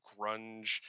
grunge